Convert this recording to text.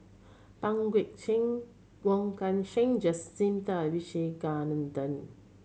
Pang Guek Cheng Wong Kan Seng Jacintha Abisheganaden